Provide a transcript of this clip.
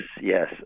Yes